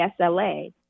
SLA